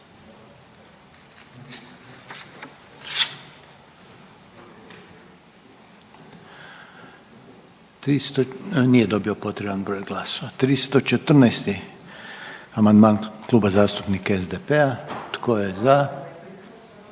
Nije dobio potreban broj glasova. 40. amandman Kluba zastupnika HSLS-a i